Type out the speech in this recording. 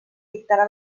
dictarà